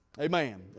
Amen